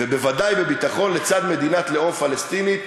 ובוודאי בביטחון לצד מדינת לאום פלסטינית,